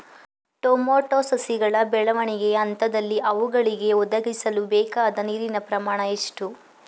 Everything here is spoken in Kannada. ಟೊಮೊಟೊ ಸಸಿಗಳ ಬೆಳವಣಿಗೆಯ ಹಂತದಲ್ಲಿ ಅವುಗಳಿಗೆ ಒದಗಿಸಲುಬೇಕಾದ ನೀರಿನ ಪ್ರಮಾಣ ಎಷ್ಟು?